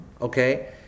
Okay